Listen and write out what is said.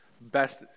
Best